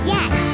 Yes